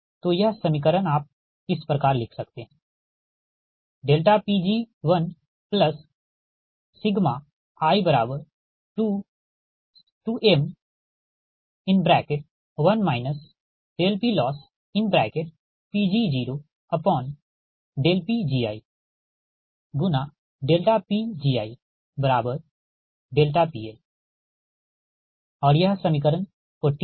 तो यह समीकरण आप इस प्रकार लिख सकते हैं Pg1i2m1 PLossPg0PgiPgiPL ठीक यह समीकरण 40 है